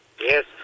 Yes